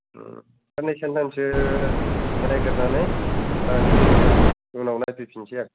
ओम साननै सानथामसो नायगोरनानै लानोसै दे होमबालाय उनाव नायफैफिनसै आं